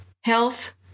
health